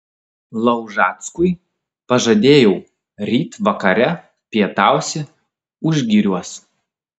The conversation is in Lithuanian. laužackui pažadėjau ryt vakare pietausi užgiriuos